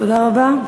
תודה רבה.